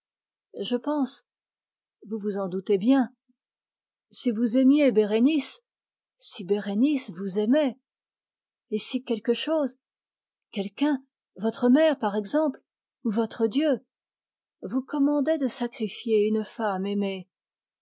je pense vous vous en doutez bien si vous aimiez bérénice si bérénice vous aimait et si quelque chose quelqu'un votre mère par exemple ou votre dieu vous commandait de sacrifier une femme aimée